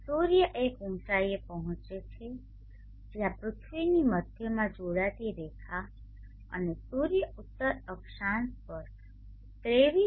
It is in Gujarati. સૂર્ય એક ઉંચાઇએ પહોંચે છે જ્યાં પૃથ્વીની મધ્યમાં જોડાતી રેખા અને સૂર્ય ઉત્તર અક્ષાંશ પર 23